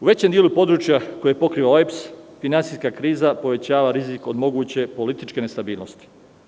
U većem delu područja koje pokriva OEBS finansijska kriza povećava rizik od moguće političke nestabilnosti.